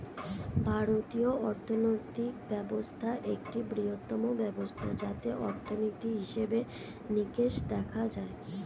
ভারতীয় অর্থনৈতিক ব্যবস্থা একটি বৃহত্তম ব্যবস্থা যাতে অর্থনীতির হিসেবে নিকেশ দেখা হয়